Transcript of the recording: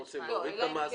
אתם רוצים להוריד את המאסר?